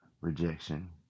rejection